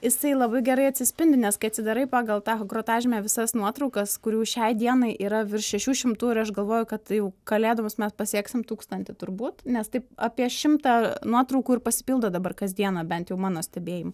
jisai labai gerai atsispindi nes kai atsidarai pagal tą grotažymę visas nuotraukas kurių šiai dienai yra virš šešių šimtų ir aš galvoju kad jau kalėdoms mes pasieksim tūkstantį turbūt nes taip apie šimtą nuotraukų ir pasipildo dabar kasdieną bent jau mano stebėjimu